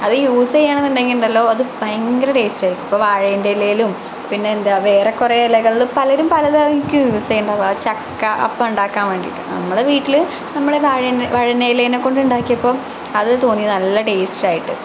അത് യൂസ് ചെയ്യണം എന്നുണ്ടെങ്കിൽ ഉണ്ടല്ലോ അത് ഭയങ്കര ടേസ്റ്റ് ആയിരിക്കും ഇപ്പം വാഴൻ്റെ എലേലും പിന്നെ എന്താ വേറെ കൊറേ ഇലകളിലും പലരും പലതായിട്ട് യൂസ് ചെയ്യാണിണ്ട് ചക്ക അപ്പം ഇണ്ടാക്കാൻ വേണ്ടിട്ട് നമ്മള് വീട്ടില് നമ്മള് വായ വയണയിലെനെ കൊണ്ട് ഇണ്ടാക്കിയപ്പോ അത് തോന്നിയത് നല്ല ടേസ്റ്റ് ആയിട്ട്